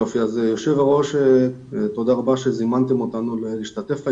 היושב ראש, תודה רבה שזימנתם אותנו להשתתף היום.